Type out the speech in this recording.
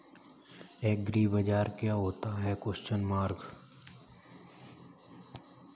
एग्रीबाजार क्या होता है?